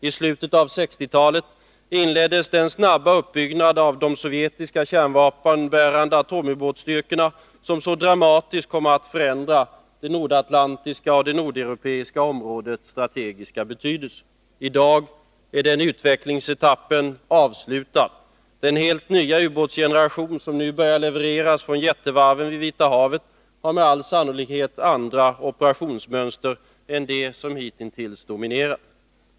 I slutet av 1960-talet inleddes den snabba uppbyggnad av de sovjetiska kärnvapenbärande atomubåtsstyrkorna som så dramatiskt kom att förändra det nordatlantiska och nordeuropeiska områdets strategiska betydelse. I dag är den utvecklingsetappen avslutad. Den helt nya ubåtsgeneration som nu börjar levereras från jättevarven vid Vita havet har med all sannolikhet andra operationsmönster än dem som hitintills dominerat.